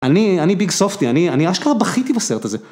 אני, אני ביג סופטי, אני, אני אשכרה בכי טבע סרט הזה.